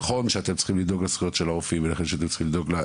נכון שאתם צריכים לדאוג לזכויות של הרופאים ולרווחת הרופאים.